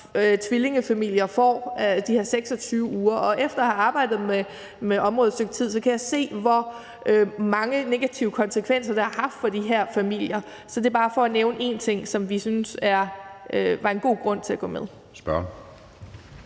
som tvillingefamilier får, altså de her 26 uger, og jeg kan efter at have arbejdet med området et stykke tid se, hvor mange negative konsekvenser det ellers har haft for de her familier. Så det er bare for at nævne én ting, som vi synes var en god grund til at gå med.